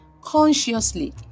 consciously